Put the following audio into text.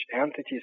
entities